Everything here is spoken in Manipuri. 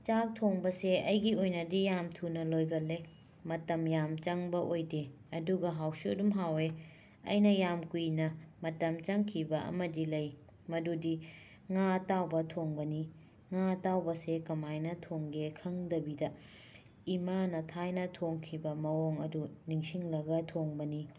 ꯆꯥꯛ ꯊꯣꯡꯕꯁꯦ ꯑꯩꯒꯤ ꯑꯣꯏꯅꯗꯤ ꯌꯥꯝꯅ ꯊꯨꯅ ꯂꯣꯏꯒꯜꯂꯦ ꯃꯇꯝ ꯌꯥꯝꯅ ꯆꯪꯕ ꯑꯣꯏꯗꯦ ꯑꯗꯨꯒ ꯍꯥꯎꯁꯨ ꯑꯗꯨꯝ ꯍꯥꯎꯋꯦ ꯑꯩꯅ ꯌꯥꯝ ꯀꯨꯏꯅ ꯃꯇꯝ ꯆꯪꯈꯤꯕ ꯑꯃꯗꯤ ꯂꯩ ꯃꯗꯨꯗꯤ ꯉꯥ ꯑꯇꯥꯎꯕ ꯊꯣꯡꯕꯅꯤ ꯉꯥ ꯑꯇꯥꯎꯕꯁꯦ ꯀꯃꯥꯏꯅ ꯊꯣꯡꯒꯦ ꯈꯪꯗꯕꯤꯗ ꯏꯃꯥꯅ ꯊꯥꯏꯅ ꯊꯣꯡꯈꯤꯕ ꯃꯑꯣꯡ ꯑꯗꯨ ꯅꯤꯡꯁꯤꯡꯂꯒ ꯊꯣꯡꯕꯅꯤ